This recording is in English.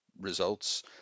results